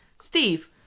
Steve